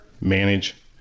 manage